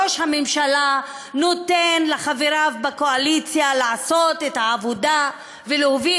ראש הממשלה נותן לחבריו בקואליציה לעשות את העבודה ולהוביל